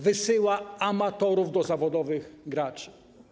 Wysyła amatorów do zawodowych graczy.